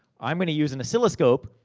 i'm gonna use an oscilloscope,